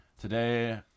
today